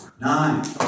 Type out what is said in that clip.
Nine